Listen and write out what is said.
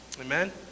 Amen